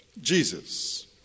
Jesus